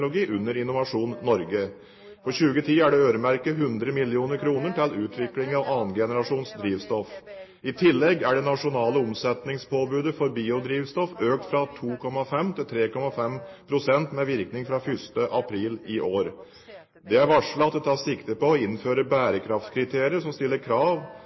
under Innovasjon Norge. For 2010 er det øremerket 100 mill. kr til utvikling av 2. generasjons drivstoff. I tillegg er det nasjonale omsetningspåbudet for biodrivstoff økt fra 2,5 til 3,5 pst. med virkning fra 1. april i år. Det er varslet at det tas sikte på å innføre bærekraftskriterier som stiller krav